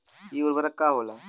इ उर्वरक का होला?